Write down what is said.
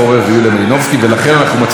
ירדה.